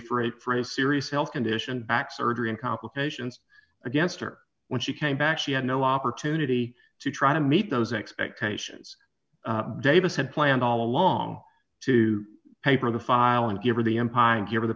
for eight for a serious health condition back surgery and complications against her when she came back she had no opportunity to try to meet those expectations davis had planned all along to paper the file and give her the empire give her the